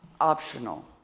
optional